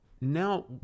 now